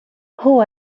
who